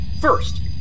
First